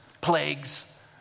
plagues